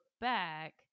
back